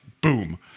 boom